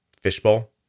Fishbowl